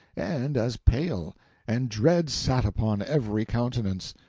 and as pale and dread sat upon every countenance.